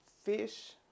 fish